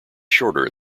shorter